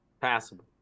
Passable